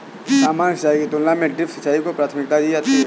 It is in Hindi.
सामान्य सिंचाई की तुलना में ड्रिप सिंचाई को प्राथमिकता दी जाती है